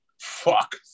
Fuck